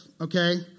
okay